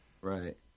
Right